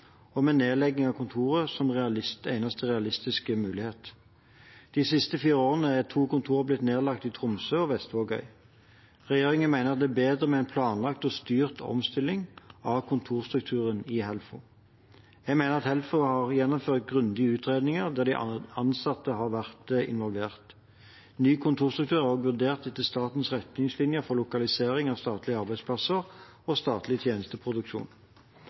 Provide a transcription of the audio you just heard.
og med nedlegging av kontorer som eneste realistiske mulighet. De siste fire årene er to kontorer blitt nedlagt, i Tromsø og i Vestvågøy. Regjeringen mener at det er bedre med en planlagt og styrt omstilling av kontorstrukturen i Helfo. Jeg mener at Helfo har gjennomført grundige utredninger, der de ansatte har vært involvert. Ny kontorstruktur er også vurdert etter statens retningslinjer for lokalisering av statlige arbeidsplasser og statlig tjenesteproduksjon.